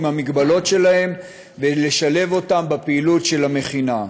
המגבלות שלהם ולשלב אותם בפעילות של המכינה.